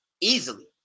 easily